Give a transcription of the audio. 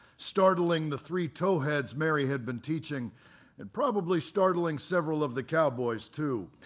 startling the three towheads mary had been teaching and probably startling several of the cowboys too.